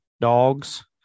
dogs